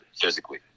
physically